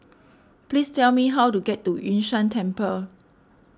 please tell me how to get to Yun Shan Temple